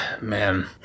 Man